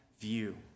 view